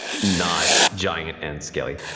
not giant and scaly.